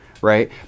right